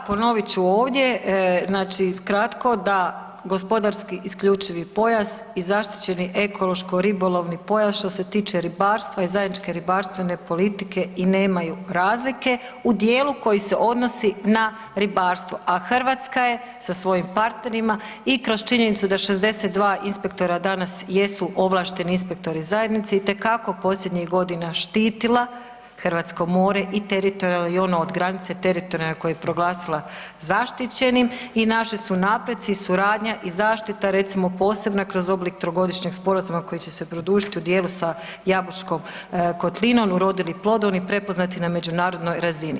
Da ponovit ću ovdje, znači kratko da gospodarski isključivi pojas i zaštićeni ekološki ribolovni pojas što se tiče ribarstva i zajedničke ribarstvene politike i nemaju razlike u dijelu koji se odnosi na ribarstvo, a Hrvatska je sa svojim partnerima i kroz činjenicu da 62 inspektora danas jesu ovlašteni inspektori zajednice itekako posljednjih godina štitila hrvatsko more i ono od granice teritorijalno koje je proglasila zaštićenim i naši su napreci, suradnja i zaštita recimo posebna kroz oblik trogodišnjeg sporazuma koji će se produžiti u dijelu sa Jabučkom kotlinom urodili plodom i prepoznati na međunarodnoj razini.